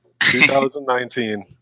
2019